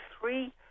three